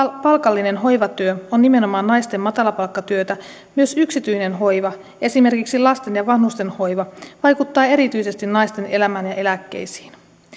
palkallinen hoivatyö on nimenomaan naisten matalapalkkatyötä myös yksityinen hoiva esimerkiksi lasten ja vanhusten hoiva vaikuttaa erityisesti naisten elämään ja eläkkeisiin